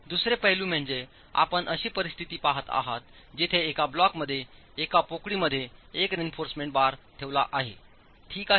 दुसरे पैलू म्हणजे आपण अशी परिस्थिती पहात आहात जिथे एका ब्लॉकमध्ये एका पोकळीमध्ये एक रेइन्फॉर्समेंट बार ठेवला आहे ठीक आहे